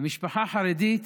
במשפחה חרדית,